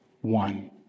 one